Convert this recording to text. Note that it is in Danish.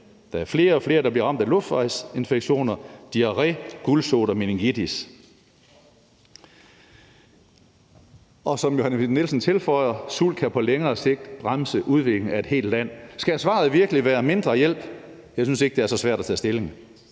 Der er flere og flere, der bliver ramt af luftvejsinfektioner, diarré, gulsot, meningitis.« Og som Johanne Schmidt-Nielsen tilføjer: »Sult kan på længere sigt bremse udviklingen af et helt land.« Skal svaret virkelig være mindre hjælp? Jeg synes ikke, det er så svært at tage stilling.